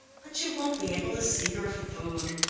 but you won't be able to see your food.